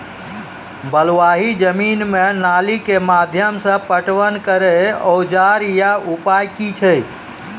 बलूआही जमीन मे नाली के माध्यम से पटवन करै औजार या उपाय की छै?